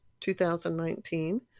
2019